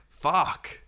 Fuck